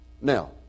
Now